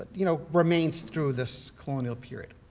you know remains through this colonial period.